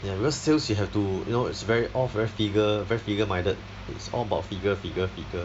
ya because sales you have to you know it's very all very figure very figure minded it's all about figure figure figure